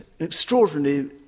extraordinarily